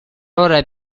ora